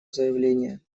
заявление